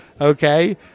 Okay